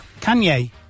Kanye